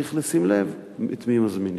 צריך לשים לב את מי מזמינים.